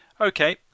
Okay